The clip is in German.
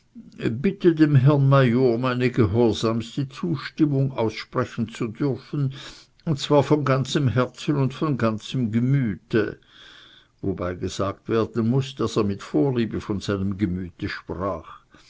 bitte dem herrn major meine gehorsamste zustimmung aussprechen zu dürfen und zwar von ganzem herzen und von ganzem gemüte wobei gesagt werden muß daß er mit vorliebe von seinem gemüte sprach